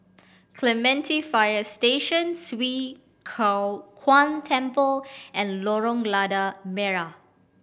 Clementi Fire Station Swee Kow Kuan Temple and Lorong Lada Merah